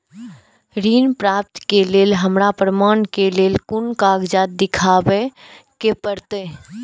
ऋण प्राप्त के लेल हमरा प्रमाण के लेल कुन कागजात दिखाबे के परते?